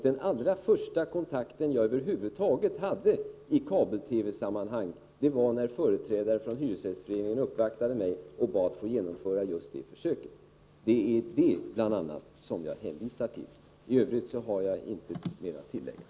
Den allra första kontakt jag över huvud taget hade i kabel-TV-sammanhang var när företrädare för hyresgästföreningen uppvaktade mig och bad att få göra just det försöket. Det är detta jag hänvisar till, och jag har inget att tillägga.